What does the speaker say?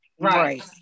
Right